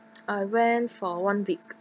I went for one week